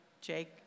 Jake